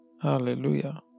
hallelujah